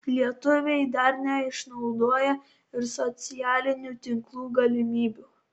lietuviai dar neišnaudoja ir socialinių tinklų galimybių